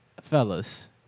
Fellas